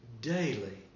daily